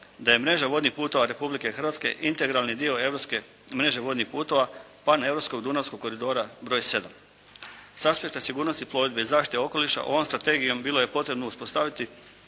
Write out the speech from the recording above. da je mreža vodnih puteva Republike Hrvatske integralni dio europske mreže vodnih putova, pa na Europskog dunavskog koridora broj 7. S aspekta sigurnosti plovidbe i zaštite okoliša ovom strategijom bilo je potrebno ispostaviti